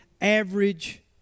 average